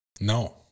No